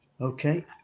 Okay